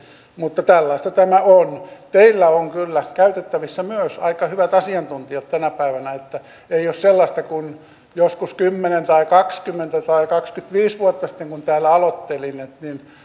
mutta tällaista tämä on teillä on kyllä käytettävissä myös aika hyvät asiantuntijat tänä päivänä ei ole sellaista kuin joskus kymmenen tai kaksikymmentä tai kaksikymmentäviisi vuotta sitten kun täällä aloittelin